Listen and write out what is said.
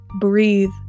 breathe